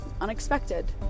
unexpected